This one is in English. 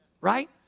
right